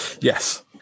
Yes